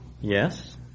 Yes